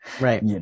Right